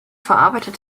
verarbeitet